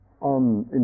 on